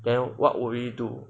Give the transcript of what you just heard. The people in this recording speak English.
then what would you do